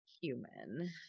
human